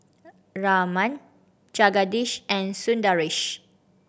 Raman Jagadish and Sundaresh